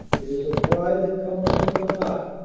it is a cry that comes from the heart.